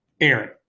Aaron